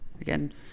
Again